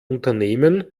unternehmen